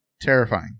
terrifying